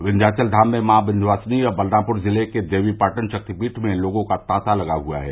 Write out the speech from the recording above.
विन्याचल धाम में माँ विन्यवासिनी और बलरामपुर जिले के देवीपाटन राक्तिपीठ में लोगों का ताता लगा हुआ है